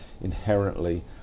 inherently